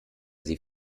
sie